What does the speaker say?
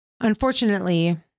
Unfortunately